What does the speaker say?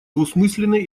двусмысленные